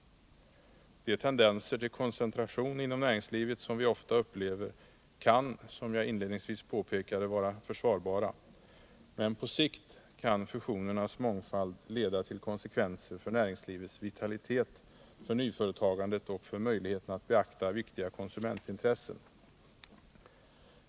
De tendenser till koncentration inom näringslivet som vi ofta upplever kan, som jag inledningsvis påpekade, vara försvarbara. Men på sikt kan fusionernas mångfald få konsekvenser för näringslivets vitalitet, för nyföretagandet och för möjligheterna att beakta viktiga konsumentintressen.